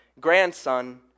grandson